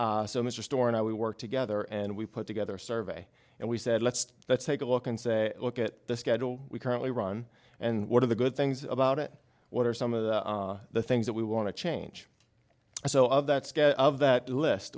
store and i we work together and we put together survey and we said let's let's take a look and say look at the schedule we currently run and what are the good things about it what are some of the things that we want to change so of that scale of that list